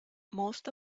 most